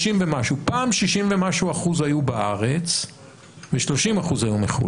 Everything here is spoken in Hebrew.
פעם מעל 60% היו בארץ ו-30% היו מחו"ל.